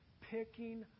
picking